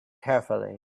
carefully